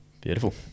Beautiful